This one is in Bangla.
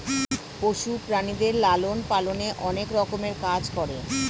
পশু প্রাণীদের লালন পালনে অনেক রকমের কাজ করে